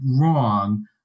wrong